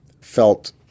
felt